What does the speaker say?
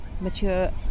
mature